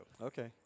Okay